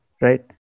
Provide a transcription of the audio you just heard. right